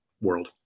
world